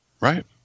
right